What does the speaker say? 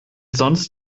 sonst